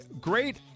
great